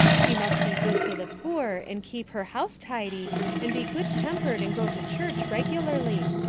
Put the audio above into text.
she must be good to the poor and keep her house tidy and be good tempered and go to church regularly.